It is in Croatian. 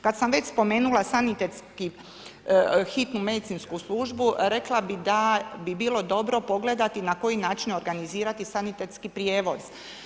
Kada sam već spomenula hitnu medicinsku službu, rekla bi da bi bilo dobro pogledati na koji način organizirati sanitetski prijevoz.